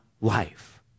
life